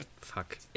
Fuck